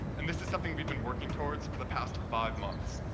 and this is something we've been working towards for the past five months.